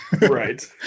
Right